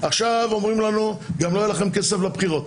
עכשיו אומרים לנו: גם לא יהיה לכם כסף לבחירות.